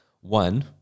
One